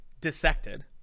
dissected